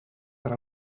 per